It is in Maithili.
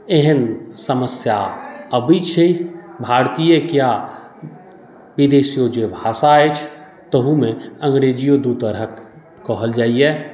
एहन समस्या अबैत छै भारतीये किया विदेशियो जे भाषा अछि तहूमे अंग्रेजियो दू तरहक कहल जाइए